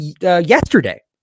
yesterday